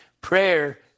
prayer